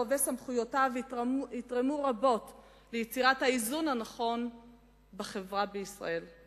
וסמכויותיו יתרמו ליצירת האיזון הנכון בחברה בישראל.